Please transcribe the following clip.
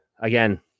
again